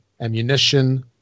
ammunition